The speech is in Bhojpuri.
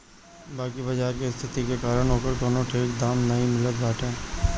बाकी बाजार के स्थिति के कारण ओकर कवनो ठीक दाम नाइ मिलत बाटे